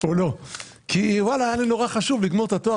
או לא - היה לי נורא חשוב לסיים את התואר